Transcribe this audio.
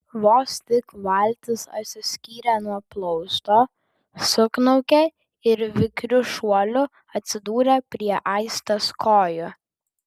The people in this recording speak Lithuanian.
vos tik valtis atsiskyrė nuo plausto sukniaukė ir vikriu šuoliu atsidūrė prie aistės kojų